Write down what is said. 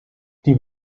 die